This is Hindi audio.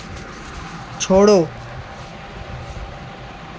छोड़ो